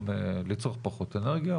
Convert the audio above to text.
גם לצרוך פחות אנרגיה,